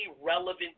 relevant